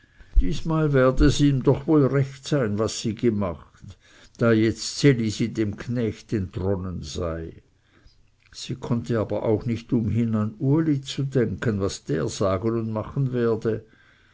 diesmal werde es ihm doch wohl recht sein was sie gemacht da jetzt ds elisi dem knecht entronnen sei sie konnte aber auch nicht umhin an uli zu denken was der sagen und machen werde